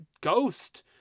ghost